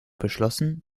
beschlossen